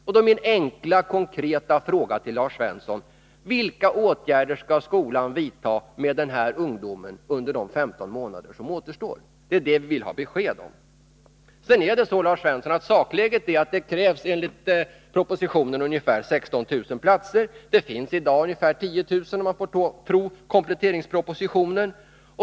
Då är min enkla fråga till Lars Svensson: Vilka åtgärder skall skolan vidta med den här ungdomen under de 15 månader som återstår? Det är detta vi vill ha besked om. Sedan är sakläget, Lars Svensson, att det krävs enligt propositionen ungefär 16 000 platser. Det finns i dag ungefär 10 000, om man får tro kompletteringspropositionen.